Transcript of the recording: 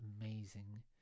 amazing